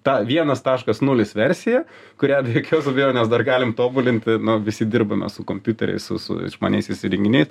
tą vienas taškas nulis versiją kurią be jokios abejonės dar galim tobulinti nu visi dirbame su kompiuteriais su su išmaniaisiais įrenginiais